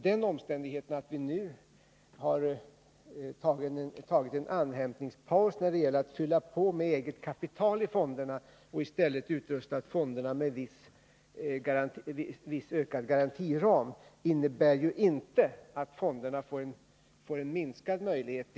Den omständigheten att vi nu har tagit en andhämtningspaus när det gäller att fylla på med eget kapital i fonderna och att vi i stället i viss utsträckning utvidgat fondernas garantiram innebär inte att de får minskade möjligheter.